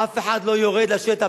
אף אחד לא יורד לשטח,